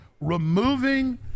removing